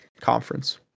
conference